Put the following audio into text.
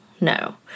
no